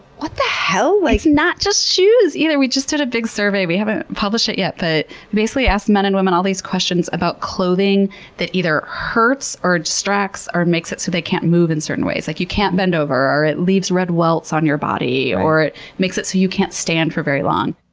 what the hell? it's like not just shoes, either. we just did a big survey, we haven't published it yet, but basically asked men and women all these questions about clothing that either hurts, or distracts, or makes it so they can't move in certain ways, like you can't bend over, or it leaves red welts on your body, or it makes it so you can't stand for very long.